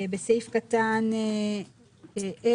בסעיף קטן (ה)